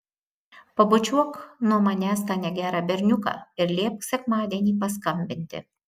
pabučiuok nuo manęs tą negerą berniuką ir liepk sekmadienį paskambinti